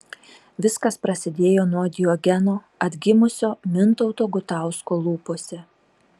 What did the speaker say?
viskas prasidėjo nuo diogeno atgimusio mintauto gutausko lūpose